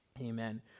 Amen